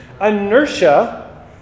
Inertia